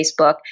Facebook